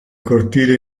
cortile